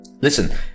Listen